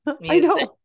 music